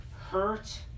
hurt